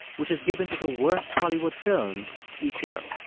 which is given to the worst hollywood films each year.